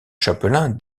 chapelain